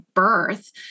birth